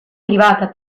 privata